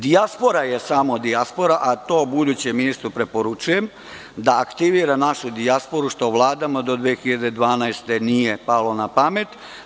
Dijaspora je samo dijaspora, a to budućem ministru preporučujem da aktivira našu dijasporu što vladama do 2012. godine nije palo napamet.